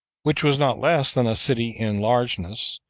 which was not less than a city in largeness,